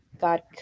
God